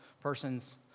person's